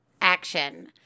action